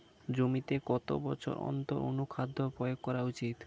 জমিতে কত বছর অন্তর অনুখাদ্য প্রয়োগ করা উচিৎ?